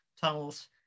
tunnels